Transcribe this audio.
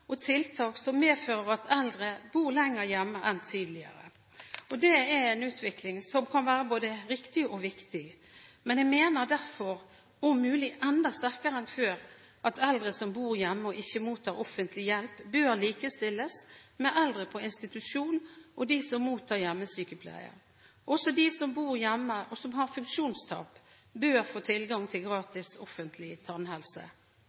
og tiltak som medfører at eldre bor lenger hjemme enn tidligere. Det er en utvikling som kan være både riktig og viktig, men jeg mener derfor – om mulig enda sterkere enn før – at eldre som bor hjemme og ikke mottar offentlig hjelp, bør likestilles med eldre på institusjon og dem som mottar hjemmesykepleie. Også de som bor hjemme, og som har funksjonstap, bør få tilgang til gratis offentlig tannhelse.